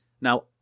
Now